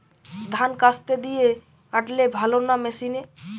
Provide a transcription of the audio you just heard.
ধান কাস্তে দিয়ে কাটলে ভালো না মেশিনে?